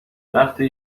وقتی